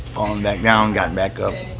um back down, got back up.